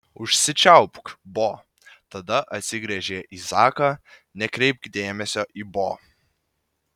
užsičiaupk bo tada atsigręžė į zaką nekreipk dėmesio į bo